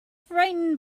frightened